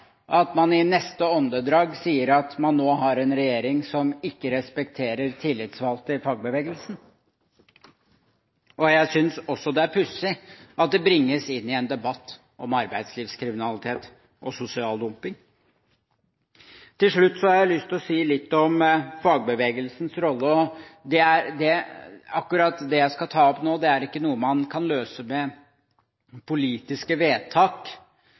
at man i neste åndedrag sier at man nå har en regjering som ikke respekterer tillitsvalgte i fagbevegelsen. Jeg synes også det er pussig at det bringes inn i en debatt om arbeidslivskriminalitet og sosial dumping. Til slutt har jeg lyst til å si litt om fagbevegelsens rolle. Akkurat det jeg skal ta opp nå, er ikke noe man kan løse med politiske vedtak,